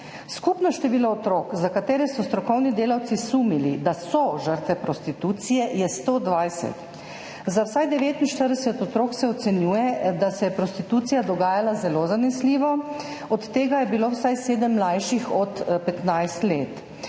Skupno število otrok, za katere so strokovni delavci sumili, da so žrtve prostitucije, je 120. Za vsaj 49 otrok se ocenjuje, da se je prostitucija dogajala zelo zanesljivo, od tega je bilo vsaj sedem mlajših od 15 let.